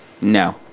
No